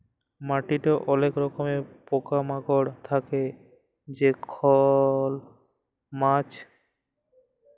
মাটিতে অলেক রকমের পকা মাকড় থাক্যে যেমল কেঁচ, কাটুই পকা